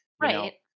Right